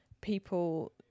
people